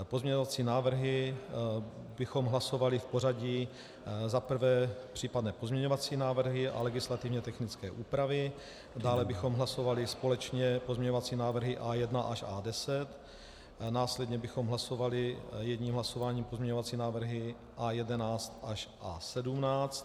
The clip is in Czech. Pozměňovací návrhy bychom hlasovali v pořadí: za prvé případné pozměňovací návrhy a legislativně technické úpravy, dále bychom hlasovali společně pozměňovací návrhy A1 až A10, následně bychom hlasovali jedním hlasováním pozměňovací návrhy A11 až A17.